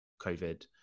COVID